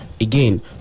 again